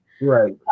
right